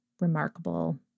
remarkable